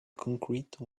concrete